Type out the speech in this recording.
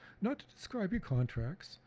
not to describe your contracts,